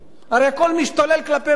הרי הכול משתולל כלפי מעלה.